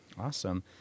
Awesome